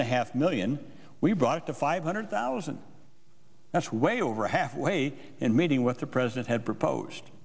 and a half million we brought it to five hundred thousand that's way over halfway in meeting with the president had proposed